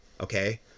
Okay